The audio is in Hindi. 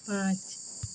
पाँच